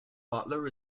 butler